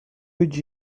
would